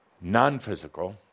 non-physical